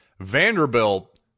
Vanderbilt